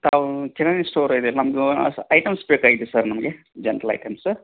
ತಾವೂ ಕಿರಾಣಿ ಸ್ಟೋರ್ ಇದೆ ನಮ್ಮದು ಹೊಸ ಐಟಮ್ಸ್ ಬೇಕಾಗಿದೆ ಸರ್ ನಮಗೆ ಜನ್ರಲ್ ಐಟಮ್ಸ್